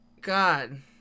God